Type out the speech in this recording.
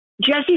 Jesse